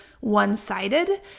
one-sided